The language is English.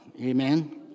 Amen